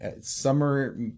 Summer